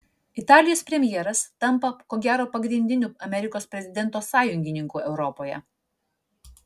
italijos premjeras tampa ko gero pagrindiniu amerikos prezidento sąjungininku europoje